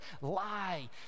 lie